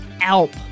Alp